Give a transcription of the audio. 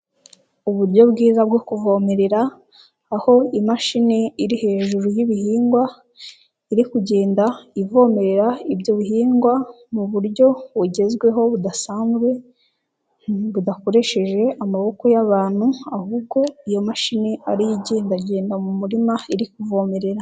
Uburyo bwiza bwo kuvomerera aho imashini iri hejuru y'ibihingwa, iri kugenda ivomerera ibyo bihingwa mu buryo bugezweho budasanzwe budakoresheje amaboko y'abantu, ahubwo iyo mashini ariyo igendagenda mu murima iri kuvomerera.